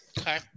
Okay